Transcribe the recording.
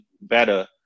better